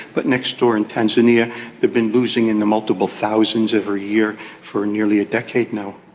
but next door in tanzania they've been losing in the multiple thousands every year for nearly a decade now.